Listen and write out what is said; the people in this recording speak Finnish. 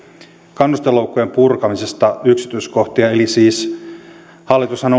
kannustinloukkujen purkamisesta yksityiskohtia siis hallitushan